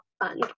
fun